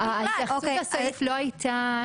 אני לא מקבל את התירוץ הזה.